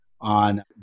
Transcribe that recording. on